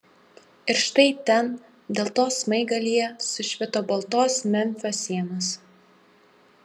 ir štai ten deltos smaigalyje sušvito baltos memfio sienos